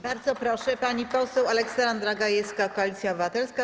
Bardzo proszę, pani poseł Aleksandra Gajewska, Koalicja Obywatelska.